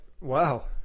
wow